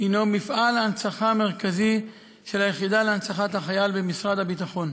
הנו מפעל ההנצחה המרכזי של היחידה להנצחת החייל במשרד הביטחון.